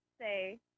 say